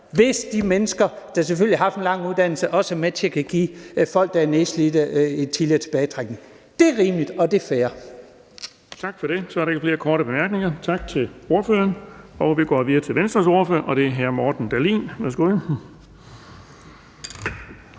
hvis de mennesker, der selvfølgelig har haft en lang uddannelse, også er med til at give folk, der er nedslidte, en tidligere tilbagetrækning. Deter rimeligt, og det er fair. Kl. 13:31 Den fg. formand (Erling Bonnesen): Tak for det. Så er der ikke flere korte bemærkninger. Tak til ordføreren. Vi går videre til Venstres ordfører, og det er hr. Morten Dahlin. Værsgo.